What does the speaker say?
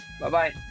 Bye-bye